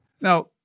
Now